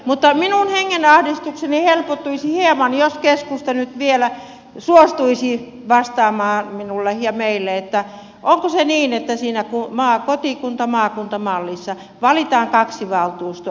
mutta minun hengenahdistukseni helpottuisi hieman jos keskusta nyt vielä suostuisi vastaamaan minulle ja meille onko se niin että siinä kotikuntamaakunta mallissa valitaan kaksi valtuustoa